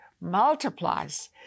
multiplies